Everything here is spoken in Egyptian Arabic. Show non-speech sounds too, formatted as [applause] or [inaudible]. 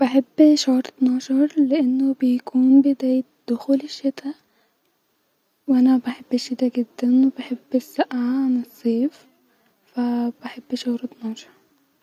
[noise] فيلا بجنينه تبقي مخصصه تلات ادوار -الجنينه احط فيها كلبي-الدور الي تحت للاستقبال ويبقب فيه جيم-والدور الي فوقع يبقي مخصص ليا او-ضت نومي-اوضه تفير اللبس-والحمام الدور الي فوق بسين-ومرجيحه وشوايه